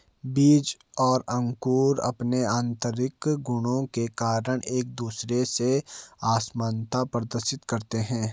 बीज और अंकुर अंपने आतंरिक गुणों के कारण एक दूसरे से असामनता प्रदर्शित करते हैं